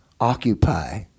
occupy